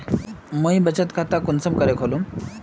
मुई बचत खता कुंसम करे खोलुम?